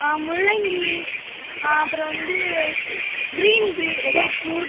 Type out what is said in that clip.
முள்ளங்கி அப்புறம் வந்து கிரீன் பீ பீட்ரூட்